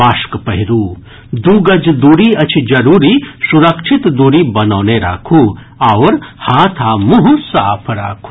mask पहिरू दू गज दूरी अछि जरूरी सुरक्षित दूरी बनौने राखू आओर हाथ आ मुंह साफ राखू